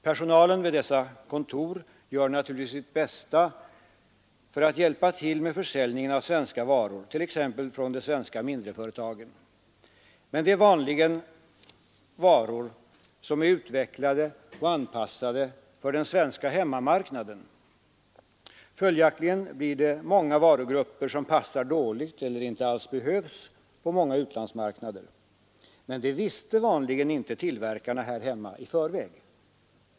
Personalen vid dessa kontor gör naturligtvis sitt bästa för att hjälpa till med försäljningen av svenska varor — t.ex. från de svenska mindreföretagen. Men det är ofta varor som är utvecklade och anpassade för den svenska hemmamarknaden. Följaktligen blir det en mängd varugrupper som passar dåligt eller inte alls behövs på många utlandsmarknader. Men det visste vanligen inte tillverkarna här hemma i förväg.